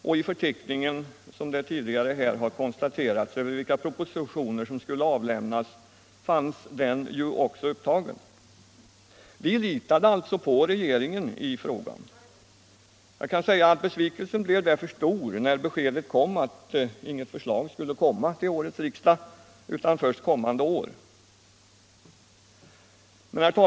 I förteckningen över vilka propositioner som skall avlämnas under vårriksdagen fanns ju, såsom här tidigare konstaterats, den propositionen också upptagen. Vi litade alltså på regeringen. Besvikelsen blev därför stor när vi fick beskedet att inget förslag skulle komma till årets riksmöte utan först under nästa år.